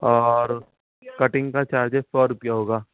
اور کٹنگ کا چارجز سو روپیہ ہوگا